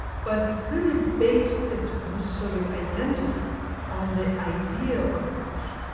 but really based its post-soviet identity on the idea of occupation,